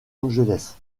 angeles